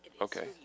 Okay